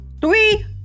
three